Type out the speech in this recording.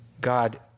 God